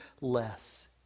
less